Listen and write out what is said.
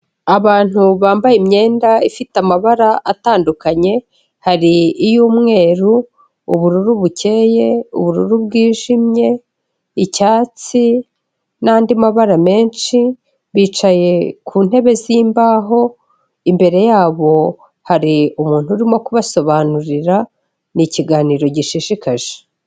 Abantu bambaye imyenda ifite amabara atandukanye hari iy'umweru, ubururu bukeye, ubururu bwijimye, icyatsi n'andi mabara menshi, bicaye ku ntebe z'imbaho imbere yabo hari umuntu urimo kubasobanurira ni ikiganiro gishishikaje.